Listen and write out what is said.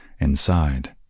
inside